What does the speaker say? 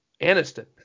Aniston